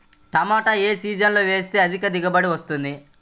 టమాటా ఏ సీజన్లో వేస్తే అధిక దిగుబడి వస్తుంది?